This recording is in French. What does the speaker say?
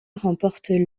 remportent